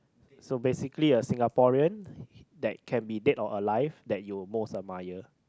so basically a Singaporean that can be dead or alive that you most admire